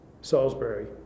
Salisbury